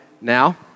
now